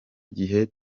gihe